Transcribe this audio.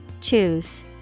Choose